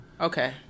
okay